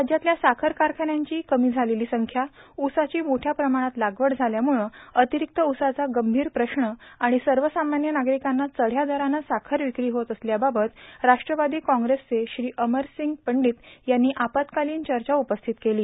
राज्यातल्या साखर कारखान्यांची कमी झालेली संख्या ऊसाची मोठ्या प्रमाणात लागवड झाल्यामुळं अतिरिक्त ऊसाचा गंभीर प्रश्न आणि सर्वसामान्य नागरिकांना चढ्या दरानं साखर विक्री होत असल्याबाबत राष्ट्रवादी काँग्रेसचे श्री अमरसिंग पंडित यांनी अल्पकालीन चर्चा उपस्थित केली